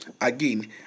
Again